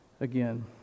again